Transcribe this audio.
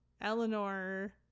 eleanor